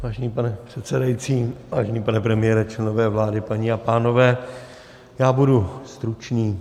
Vážený pane předsedající, vážený pane premiére, členové vlády, paní a pánové, já budu stručný.